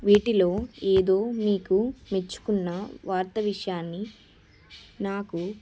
వీటిలో ఏదో మీకు మెచ్చుకున్న వార్త విషయాన్నీ నాకు